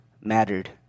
mattered